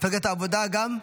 מפלגת העבודה גם?